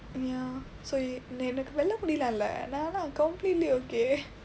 ya so you எனக்கு வெள்ளை முடி எல்லாம் இல்லை நானா:enakku vellai mudi ellaam illai naanaa completely okay